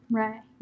right